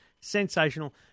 sensational